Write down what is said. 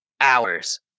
hours